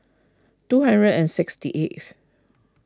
two hundred and sixty eighth